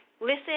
Listen